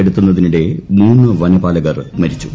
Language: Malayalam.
കെടുത്തുന്നതിനിടെ മൂന്ന് വനപാലകർ മരിച്ചു